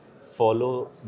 follow